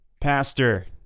pastor